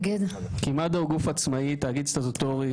כי מד"א הוא גוף עצמאי, תאגיד סטטוטורי.